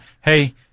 hey